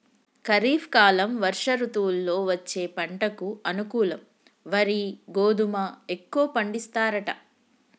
ఖరీఫ్ కాలం వర్ష ఋతువుల్లో వచ్చే పంటకు అనుకూలం వరి గోధుమ ఎక్కువ పండిస్తారట